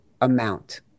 amount